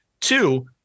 Two